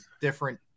different